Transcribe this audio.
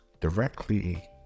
directly